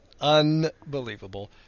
Unbelievable